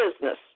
business